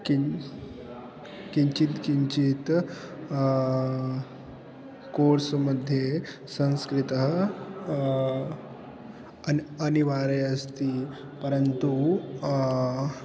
किञ्च् किञ्चित् किञ्चित् कोर्स् मध्ये संस्कृतः अन् अनिवारे अस्ति परन्तु